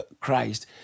Christ